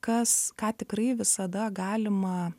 kas ką tikrai visada galima